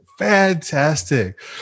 Fantastic